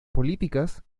políticas